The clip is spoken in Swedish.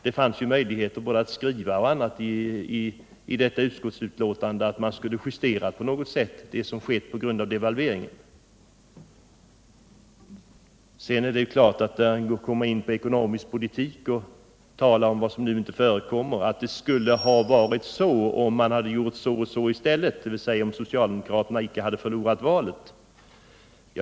Det fanns ju möjligheter att föreslå i utskottsbetänkandet att man på något sätt skulle justera beloppet med hänsyn till devalveringen. Sture Ericson kom sedan in på ekonomisk politik och talade om hur det skulle ha varit om socialdemokraterna inte hade förlorat valet.